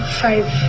five